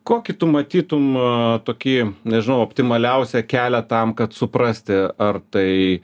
kokį tu matytum tokį nežinau optimaliausią kelią tam kad suprasti ar tai